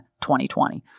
2020